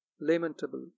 Lamentable